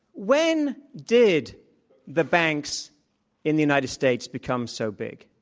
when did the banks in the united states become so big?